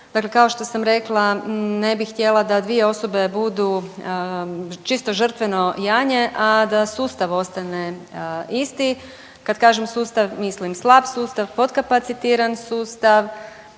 Dakle, kao što sam rekla ne bih htjela da dvije osobe budu čisto žrtveno janje, a da sustav ostane isti. Kad kažem sustav mislim slab sustav, potkapacitiran sustav,